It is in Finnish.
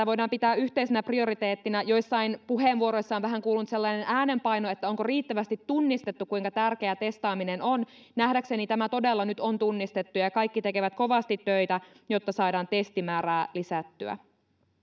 voidaan pitää yhteisenä prioriteettina joissain puheenvuoroissa on vähän kuulunut sellainen äänenpaino että onko riittävästi tunnistettu kuinka tärkeää testaaminen on nähdäkseni tämä todella nyt on tunnistettu ja kaikki tekevät kovasti töitä jotta saadaan testimäärää lisättyä